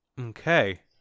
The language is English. Okay